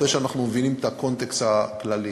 אחרי שאנחנו מבינים את הקונטקסט הכללי: